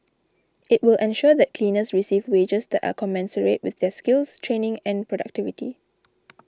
it will ensure that cleaners receive wages that are commensurate with their skills training and productivity